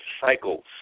cycles